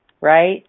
Right